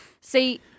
See